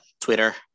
Twitter